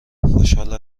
خوشحال